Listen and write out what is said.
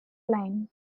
line